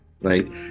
right